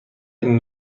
این